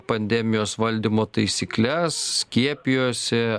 pandemijos valdymo taisykles skiepijosi